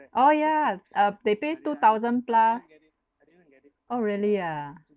oh ya uh they pay two thousand plus oh really ah